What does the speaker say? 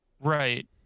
right